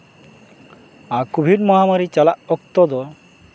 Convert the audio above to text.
ᱟᱨ ᱠᱳᱵᱷᱤᱰ ᱢᱚᱦᱟᱢᱟᱨᱤ ᱪᱟᱞᱟᱜ ᱚᱠᱛᱚ ᱫᱚ